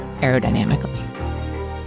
aerodynamically